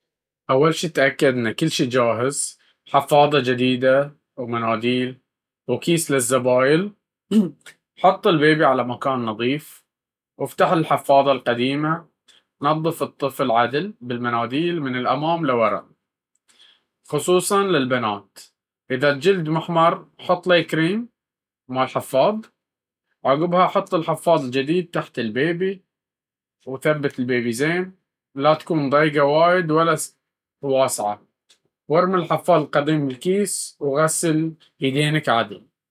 أول شي، تأكد إن كل شي جاهز: حفاضة جديدة، مناديل، وكيس للزبايل. حط البيبي على مكان نظيف، وفتح الحفاضة القديمة، نظّف الطفل عدل بالمناديل من الأمام لورا، خصوصًا للبنات. إذا الجلد محمّر، حط له كريم. عقبها، حط الحفاضة الجديدة تحت البيبي، وثبتها زين، لا تكون ضيّقة وايد ولا سايبة. وارمِ الحفاضة القديمة بالكيس، وغسل إيدينك عدل.